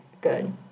good